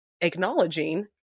acknowledging